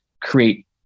create